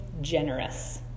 generous